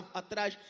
atrás